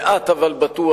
לאט אבל בטוח.